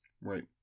Right